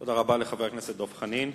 תודה רבה לחבר הכנסת דב חנין.